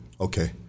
Okay